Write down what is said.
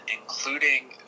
including